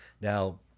Now